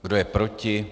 Kdo je proti?